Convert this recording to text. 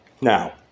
Now